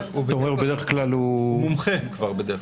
בדרך כלל הוא מומחה כבר.